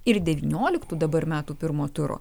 ir devymioliktų dabar metų pirmo turo